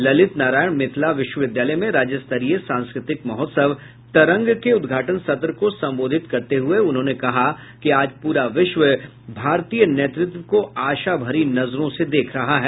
ललित नारायण मिथिला विश्वविद्यालय में राज्य स्तरीय सांस्कृतिक महोत्सव तरंग के उद्घाटन सत्र को संबोधित करते हुये उन्होंने कहा कि आज प्रा विश्व भारतीय नेतृत्व को आशा भरी नजरों से देख रहा है